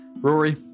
Rory